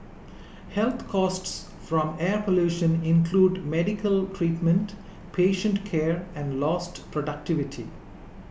health costs from air pollution include medical treatment patient care and lost productivity